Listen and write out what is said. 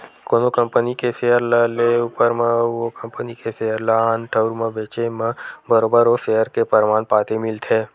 कोनो कंपनी के सेयर ल लेए ऊपर म अउ ओ कंपनी के सेयर ल आन ठउर म बेंचे म बरोबर ओ सेयर के परमान पाती मिलथे